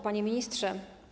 Panie Ministrze!